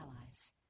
allies